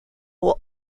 will